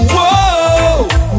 Whoa